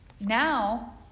now